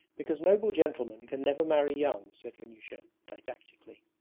because noble gentlemen can never marry young said vanyusha didactically.